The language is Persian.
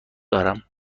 دارم